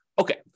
Okay